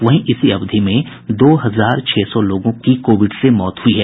वहीं इसी अवधि में दो हजार छह सौ लोगों की कोविड से मौत हुई है